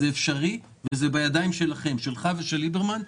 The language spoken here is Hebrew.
זה אפשרי וזה בידיים שלכם, שלך ושל ליברמן.